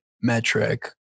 metric